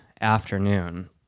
afternoon